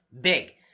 big